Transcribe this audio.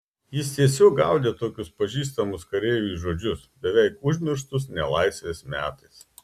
jis tiesiog gaudė tokius pažįstamus kareiviui žodžius beveik užmirštus nelaisvės metais